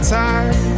time